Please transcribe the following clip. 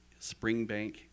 Springbank